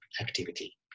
activity